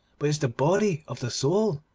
but is the body of the soul.